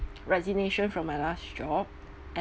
resignation from my last job